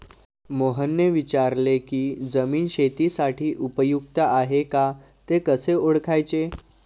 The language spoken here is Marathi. मोहनने विचारले की जमीन शेतीसाठी उपयुक्त आहे का ते कसे ओळखायचे?